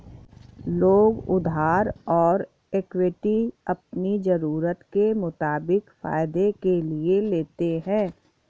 लोग उधार और इक्विटी अपनी ज़रूरत के मुताबिक फायदे के लिए लेते है